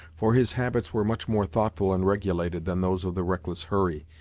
for his habits were much more thoughtful and regulated than those of the reckless hurry,